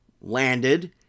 landed